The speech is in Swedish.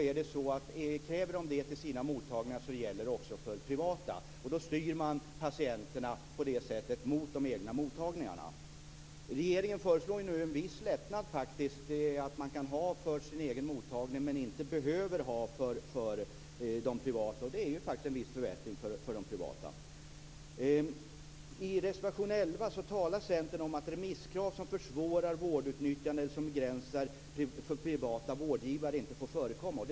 Kräver de det till sina mottagningar gäller det också för privata mottagningar. På det sättet styr man patienterna mot de egna mottagningarna. Regeringen föreslår nu faktiskt en viss lättnad. Landstinget kan ha remisskrav för sina egna mottagningar, men det måste inte finnas för de privata. Det är faktiskt en viss förbättring för de privata. I reservation 11 talar Centern om att remisskrav som försvårar vårdutnyttjande och som begränsar för privata vårdgivare inte får förekomma.